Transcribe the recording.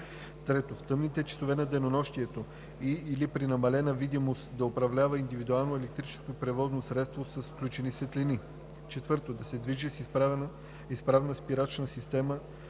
3. в тъмните часове на денонощието и/или при намалена видимост да управлява индивидуалното електрическо превозно средство с включени светлини; 4. да се движи с изправна спирачна система